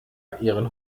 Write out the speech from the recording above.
ihren